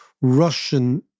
Russian